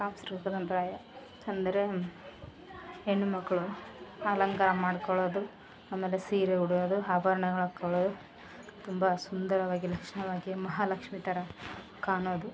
ಸಾಂಸ್ಕೃಕ್ದಂತಾಯ ಅಂದ್ರೆ ಹೆಣ್ಮಕ್ಕಳು ಅಲಂಕಾರ ಮಾಡ್ಕೋಳೋದು ಆಮೇಲೆ ಸೀರೆ ಉಡೋದು ಆಭರ್ಣಗಳ್ ಹಾಕೋಳೋದು ತುಂಬ ಸುಂದರವಾಗಿ ಲಕ್ಷಣವಾಗಿ ಮಹಾಲಕ್ಷ್ಮೀ ಥರ ಕಾಣೋದು